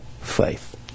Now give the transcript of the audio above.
faith